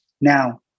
Now